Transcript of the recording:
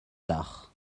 dach